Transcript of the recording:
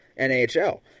NHL